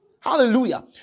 Hallelujah